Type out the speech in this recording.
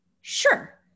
sure